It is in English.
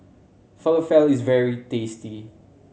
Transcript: falafel is very tasty